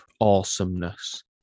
awesomeness